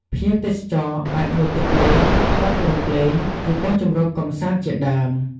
ភ្ញៀវទេសចរអាចងូតទឹកលេង ថតរូបលេង ឬបោះជំរុំកម្សាន្តជាដើម។